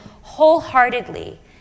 wholeheartedly